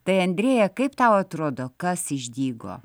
tai andrėja kaip tau atrodo kas išdygo